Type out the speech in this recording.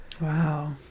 Wow